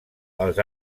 els